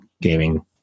gaming